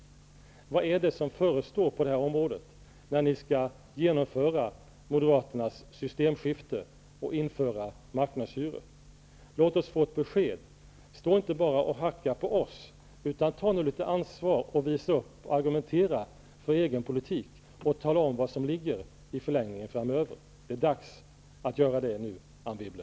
Vad är det som förestår på detta område, när ni skall genomföra moderaternas systemskifte och införa marknadshyror? Låt oss få ett besked. Stå inte bara och hacka på oss, utan ta nu litet ansvar och visa upp och argumentera för er egen politik och tala om vad som ligger i förlängningen framöver. Det är dags att göra det nu, Anne Wibble.